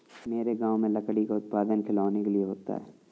मेरे गांव में लकड़ी का उत्पादन खिलौनों के लिए होता है